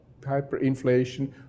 hyperinflation